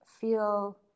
feel